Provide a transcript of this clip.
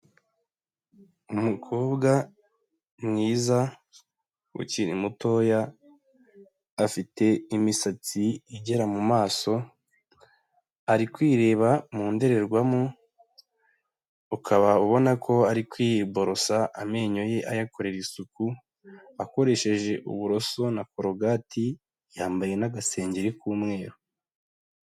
Umukobwa mwiza ukiri mutoya, afite imisatsi igera mumaso ari kwireba mu ndorerwamo, ukaba ubona ko ari kwiborosa amenyo ye ayakorera isuku akoresheje uburoso nakorogati yambaye n'agasengenge k'umweru.